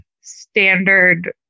standard